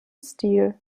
stil